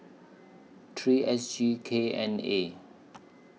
three S G K N A